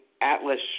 Atlas